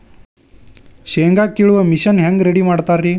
ಶೇಂಗಾ ಕೇಳುವ ಮಿಷನ್ ಹೆಂಗ್ ರೆಡಿ ಮಾಡತಾರ ರಿ?